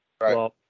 Right